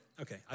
okay